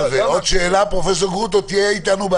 פרופ' גרוטו, תהיה איתנו.